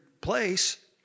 place